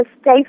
stay